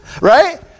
Right